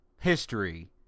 history